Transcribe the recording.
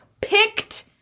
picked